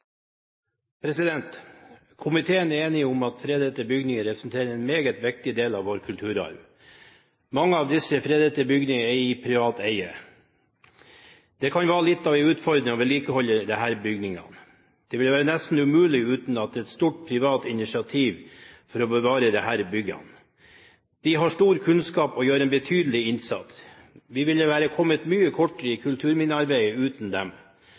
vedtatt. Komiteen er enig om at fredede bygninger representerer en meget viktig del av vår kulturarv. Mange av disse fredede bygningene er i privat eie. Det kan være litt av en utfordring å vedlikeholde disse bygningene. Det ville være nesten umulig uten et stort privat initiativ for å bevare dem. Eierne har stor kunnskap og gjør en betydelig innsats. Vi ville være kommet mye kortere i kulturminnearbeidet uten dem.